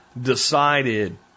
decided